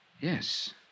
yes